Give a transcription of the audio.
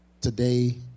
today